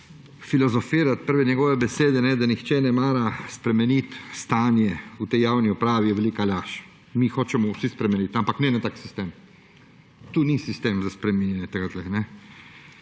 povedal. Prve njegove besede, da nihče ne mara spremeniti stanja v tej javni upravi, je velika laž. Mi hočemo spremeniti, ampak ne na takšen način. To ni sistem za spreminjanje tega.